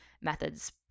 methods